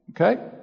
Okay